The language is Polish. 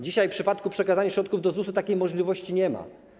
Dzisiaj w przypadku przekazania środków do ZUS-u takiej możliwości nie ma.